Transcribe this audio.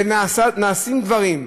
ונעשים דברים,